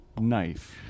Knife